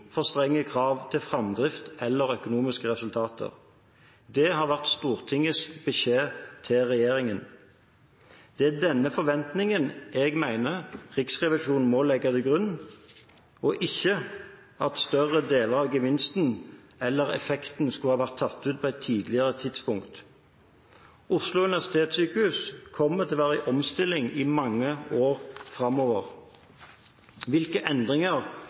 for strenge krav til framdrift eller økonomiske resultater. Det har vært Stortingets beskjed til regjeringen. Det er denne forventningen jeg mener Riksrevisjonen må legge til grunn, og ikke det at større deler av gevinsten, eller effekten, skulle vært tatt ut på et tidligere tidspunkt. Oslo universitetssykehus kommer til å være i omstilling i mange år framover. Hvilke endringer